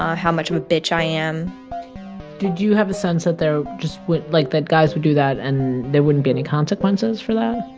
how much of a bitch i am did you have a sense that there just like, that guys would do that and there wouldn't be any consequences for that?